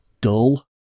dull